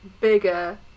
bigger